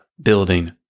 building